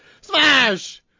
Smash